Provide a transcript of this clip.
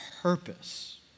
purpose